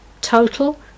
total